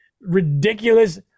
ridiculous